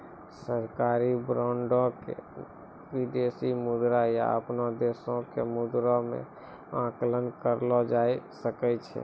सरकारी बांडो के विदेशी मुद्रा या अपनो देशो के मुद्रा मे आंकलन करलो जाय सकै छै